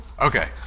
Okay